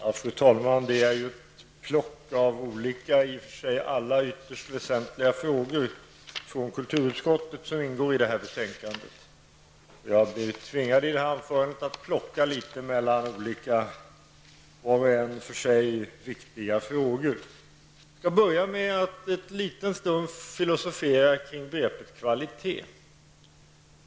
Fru talman! Det är ett plock av olika alla i och för sig ytterst väsentliga frågor som ingår i det här betänkandet från kulturutskottet. Jag blir tvingad att i mitt anförande hoppa litet mellan olika var och en för sig viktiga frågor. Jag skall börja med att en liten stund filosofera kring begreppet kvalitet.